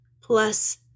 plus